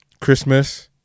Christmas